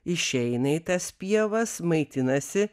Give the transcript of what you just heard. išeina į tas pievas maitinasi